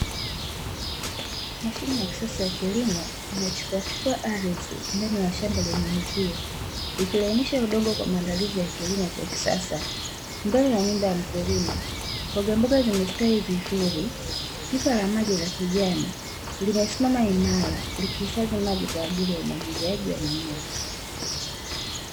Mashine ya kisasa ya kilimo inayotifuatifua ardhi, ndani ya shamba lenye uzio. Ikilainisha udongo kwa maandalizi ya kilimo cha kisasa, mbele ya nyumba ya mkulima. Mbogamboga zimestawi vizuri, pipa la maji la kijani limesimama imara, likihifadhi maji kwa ajili ya umwagiliaji wa mimea.